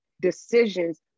decisions